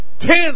ten